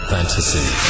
Fantasy